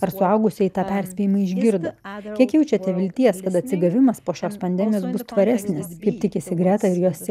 ar suaugusieji tą perspėjimą išgirdo kiek jaučiate vilties kad atsigavimas po šios pandemijos bus tvaresnis kaip tikisi greta ir jos